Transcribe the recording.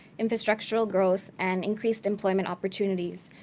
infrastructural growth, and increased employment opportunities,